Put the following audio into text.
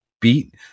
beat